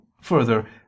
Further